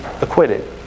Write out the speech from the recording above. acquitted